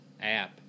app